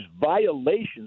violations